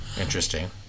interesting